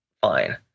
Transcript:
fine